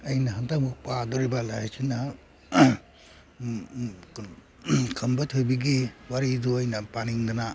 ꯑꯩꯅ ꯍꯟꯇꯛꯃꯨꯛ ꯄꯥꯗꯣꯔꯤꯕ ꯂꯥꯏꯔꯤꯛꯁꯤꯅ ꯈꯝꯕ ꯊꯣꯏꯕꯤꯒꯤ ꯋꯥꯔꯤꯗꯨ ꯑꯩꯅ ꯄꯥꯅꯤꯡꯗꯅ